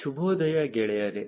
ಶುಭೋದಯ ಗೆಳೆಯರೇ